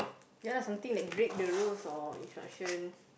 yeah lah something like break the rules or instruction